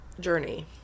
journey